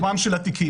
--- ברובם של התיקים.